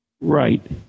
Right